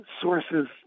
sources